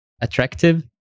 attractive